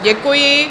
Děkuji.